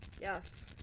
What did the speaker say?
yes